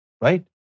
Right